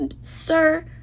sir